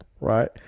right